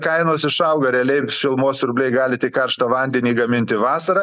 kainos išauga realiai šilumos siurbliai gali tik karštą vandenį gaminti vasarą